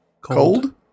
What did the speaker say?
Cold